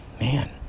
man